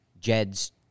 Jed's